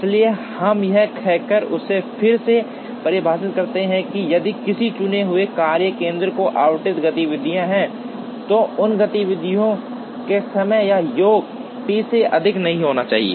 इसलिए हम यह कहकर इसे फिर से परिभाषित करते हैं कि यदि किसी चुने हुए कार्य केंद्र को आवंटित गतिविधियाँ हैं तो उन गतिविधियों के समय का योग T से अधिक नहीं होना चाहिए